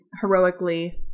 heroically